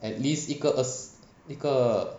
at least 一个二一个